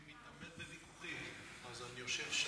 אני מתאמן בוויכוחים, אז אני יושב שם,